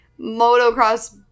motocross